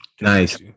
Nice